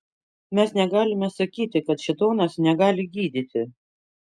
mes negalime sakyti kad šėtonas negali gydyti